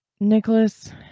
Nicholas